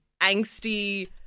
angsty